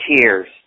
tears